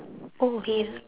oh here